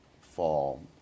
fall